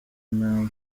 nta